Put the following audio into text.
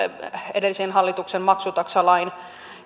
edellisen hallituksen maksutaksalain